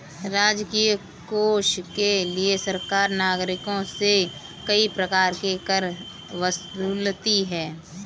राजकीय कोष के लिए सरकार नागरिकों से कई प्रकार के कर वसूलती है